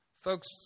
Folks